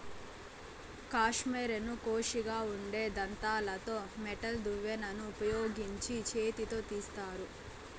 కష్మెరెను కోషిగా ఉండే దంతాలతో మెటల్ దువ్వెనను ఉపయోగించి చేతితో తీస్తారు